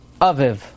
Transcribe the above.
Aviv